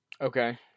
Okay